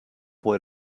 boy